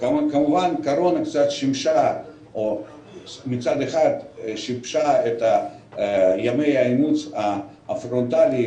כמובן הקורונה מצד אחד שיבשה את ימי האימוץ הפרונטליים